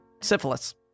Syphilis